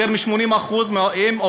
יותר מ-80% מהם,